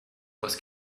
was